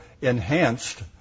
enhanced